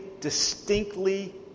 distinctly